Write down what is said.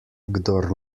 kdor